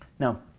now